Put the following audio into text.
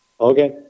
Okay